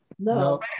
No